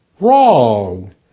wrong